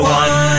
one